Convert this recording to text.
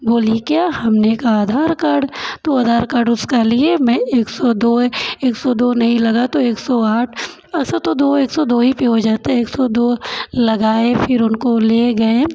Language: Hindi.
बोली क्या हमने कहा आधार कार्ड तो आधार कार्ड उसके लिए मैं एक सौ दो एक सौ दो नहीं लगा तो एक सौ आठ ऐसा तो दो एक सौ दो ही पे हो जाता है एक सौ दो लगाए फिर उनको ले गए